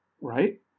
Right